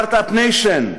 start-up nation,